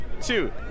two